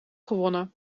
gewonnen